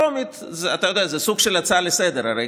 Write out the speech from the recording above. טרומית, אתה יודע, זה סוג של הצעה לסדר-היום.